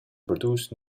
produce